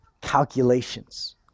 calculations